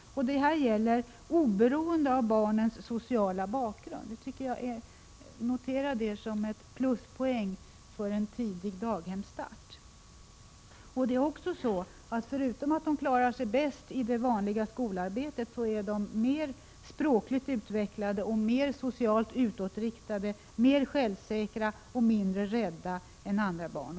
Detta gäller oberoende av barnens sociala bakgrund. Jag noterar detta som en pluspoäng för en tidig daghemsstart. Förutom att barnen klarar sig bäst i det vanliga skolarbetet är de mer språkligt utvecklade, mer socialt utåtriktade, självsäkrare och mindre rädda än andra barn.